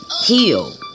heal